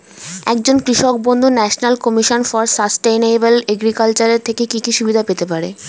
একজন কৃষক বন্ধু national commission for sustainable agriculture এর থেকে কি কি সুবিধা পেতে পারে?